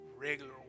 regular